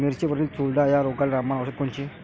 मिरचीवरील चुरडा या रोगाले रामबाण औषध कोनचे?